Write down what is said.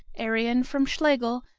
arion from schlegel,